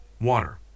Water